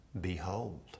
Behold